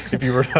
if you were